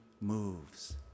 moves